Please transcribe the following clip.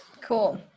Cool